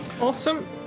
Awesome